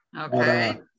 Okay